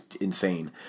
insane